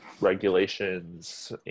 regulations